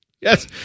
Yes